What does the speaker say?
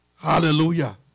Hallelujah